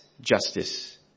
justice